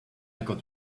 got